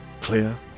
clear